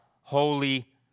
holy